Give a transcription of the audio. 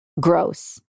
gross